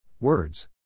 Words